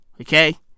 Okay